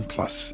Plus